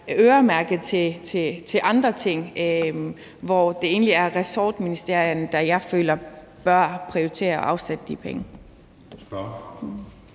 øremærket til andre ting, og det er egentlig ressortministerierne, som jeg føler bør prioritere at afsætte de penge.